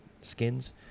skins